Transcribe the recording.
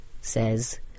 says